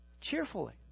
cheerfully